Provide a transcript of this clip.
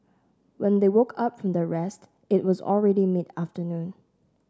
when they woke up from their rest it was already mid afternoon